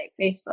Facebook